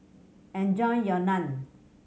enjoy your Naan